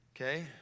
Okay